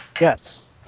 Yes